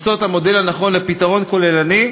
למצוא את המודל הנכון לפתרון כוללני,